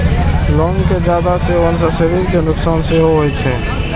लौंग के जादे सेवन सं शरीर कें नुकसान सेहो होइ छै